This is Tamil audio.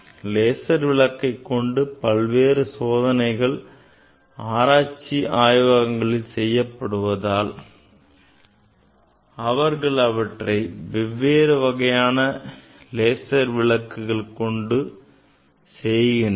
லேசர் விளக்கைக் கொண்டு பல்வேறு சோதனைகள் ஆராய்ச்சிக் ஆய்வகங்களில் செய்யப்படுவதால் அவர்கள் வெவ்வேறு வகையான லேசர் விளக்கை உபயோகப்படுத்துகின்றனர்